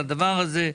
לדבר הזה.